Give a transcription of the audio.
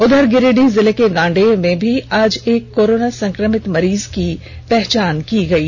उधर गिरिडीह जिले के गांडेय में भी आज एक कोरोना संक्रमित मरीज की पहचान की गयी